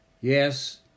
Yes